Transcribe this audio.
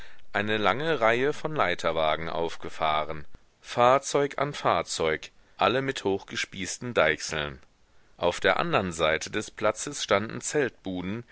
eine lange reihe von leiterwagen aufgefahren fahrzeug an fahrzeug alle mit hochgespießten deichseln auf der andern seite des platzes standen